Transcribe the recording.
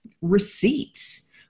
receipts